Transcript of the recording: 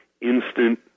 instant